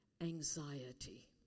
Anxiety